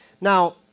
Now